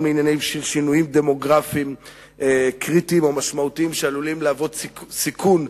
לשינויים דמוגרפיים קריטיים ומשמעותיים שעלולים להוות סיכון,